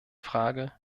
frage